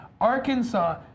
Arkansas